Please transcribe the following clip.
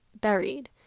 buried